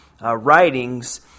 Writings